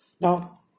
now